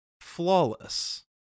Flawless